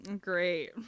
Great